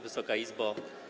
Wysoka Izbo!